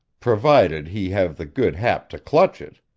provided he have the good hap to clutch it.